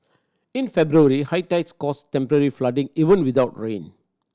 in February high tides caused temporary flooding even without rain